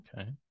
Okay